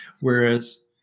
whereas